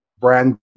brand